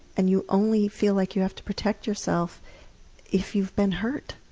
and you only feel like you have to protect yourself if you've been hurt.